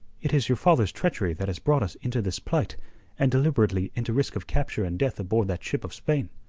it is your father's treachery that has brought us into this plight and deliberately into risk of capture and death aboard that ship of spain.